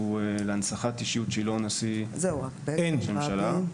להנצחת אישיות שהיא לא נשיא או ראש ממשלה.